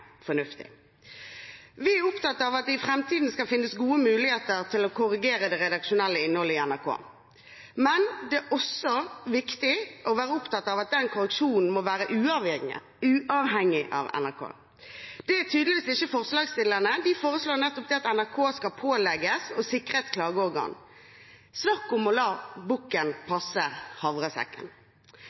også viktig å være opptatt av at den korreksjonen må være uavhengig av NRK. Det er tydeligvis ikke forslagsstillerne. De foreslår at NRK skal pålegges å sikre et klageorgan. Snakk om å la bukken passe havresekken.